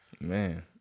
Man